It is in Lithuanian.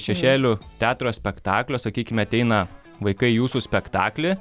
šešėlių teatro spektaklio sakykime ateina vaikai į jūsų spektaklį